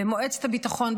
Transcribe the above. במועצת הביטחון,